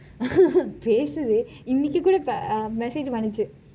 பேசுது:pesuthu இனக்கி கூட:inakki kuda message பன்னச்சு:pannachu